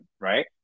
right